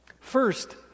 First